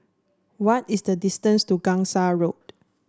what is the distance to Gangsa Road